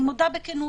אני מודה בכנות,